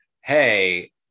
hey